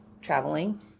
traveling